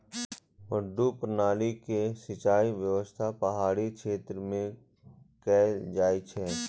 मड्डू प्रणाली के सिंचाइ व्यवस्था पहाड़ी क्षेत्र मे कैल जाइ छै